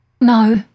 No